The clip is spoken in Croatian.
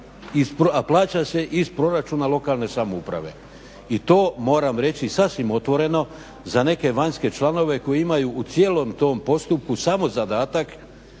a plaća se iz proračuna lokalne samouprave. I to moram reći sasvim otvoreno za neke vanjske članove koji imaju u cijelom tom postupku samo zadatak